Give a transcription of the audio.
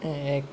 এক